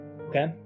Okay